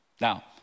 Now